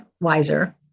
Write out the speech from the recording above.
wiser